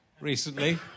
recently